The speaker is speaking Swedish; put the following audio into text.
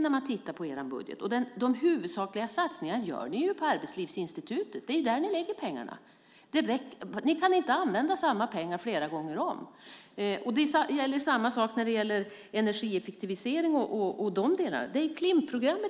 när man tittar på deras budget. De huvudsakliga satsningarna görs på Arbetslivsinstitutet. Det är där ni lägger pengarna. Men ni kan ju inte använda samma pengar flera gånger. Detta gäller också energieffektiviseringen. Ni satsar på Klimpprogrammet.